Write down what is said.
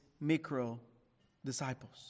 micro-disciples